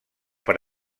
per